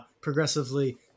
progressively